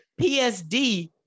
PSD